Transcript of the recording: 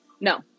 no